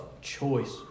choice